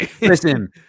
listen